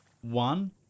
One